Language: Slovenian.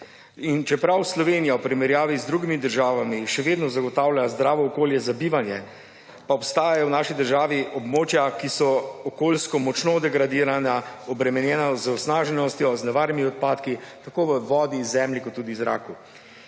In čeprav Slovenija v primerjavi z drugimi državami še vedno zagotavlja zdravo okolje za bivanje, pa obstajajo v naši državi območja, ki so okoljsko močno degradirana, obremenjena z onesnaženostjo, z nevarnimi odpadki tako v vodi, zemlji kot tudi zraku.